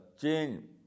change